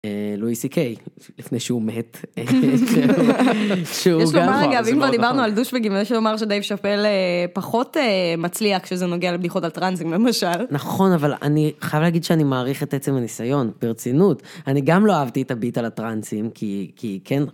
לואי סי קיי לפני שהוא מת. אגב אם כבר דיברנו על דושבגים, יש לומר שדייב שפל פחות מצליח כשזה נוגע לבדיחות על טראנסים למשל. נכון אבל אני חייב להגיד שאני מעריך את עצם הניסיון, ברצינות, אני גם לא אהבתי את הביט על הטראנסים כי כן.